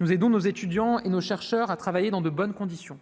nous aidons nos étudiants et nos chercheurs à travailler dans de bonnes conditions,